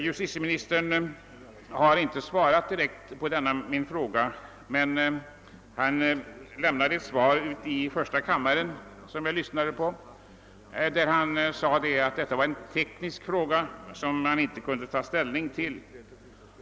Justitieministern har inte svarat direkt på denna min fråga, men han lämnade i första kammaren ett svar som jag lyssnade på. Där sade han att detta vore en teknisk fråga som han inte kunde ta ställning till.